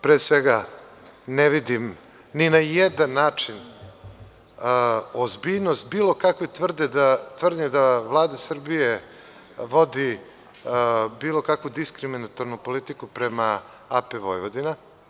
Pre svega, ne vidim ni na jedan način ozbiljnost bilo kakve tvrdnje da Vlada Srbije vodi bilo kakvu diskriminatornu politiku prema AP Vojvodina.